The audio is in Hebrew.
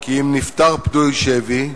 כי אם נפטר פדוי שבי,